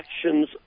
actions